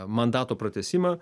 mandato pratęsimą